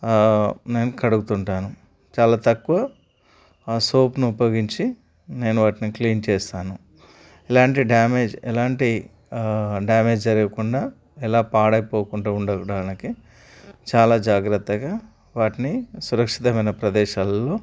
నేను కడుగుతుంటాను చాలా తక్కువ సోప్ను ఉపయోగించి నేను వాటిని క్లీన్ చేస్తాను ఎలాంటి డామేజ్ ఎలాంటి డ్యామేజ్ జరగకుండా ఎలా పాడైపోకుండా ఉండడానికి చాలా జాగ్రత్తగా వాటిని సురక్షితమైన ప్రదేశాలలో